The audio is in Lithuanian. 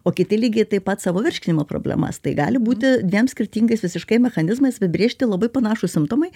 o kiti lygiai taip pat savo virškinimo problemas tai gali būti dviem skirtingais visiškai mechanizmais apibrėžti labai panašūs simptomai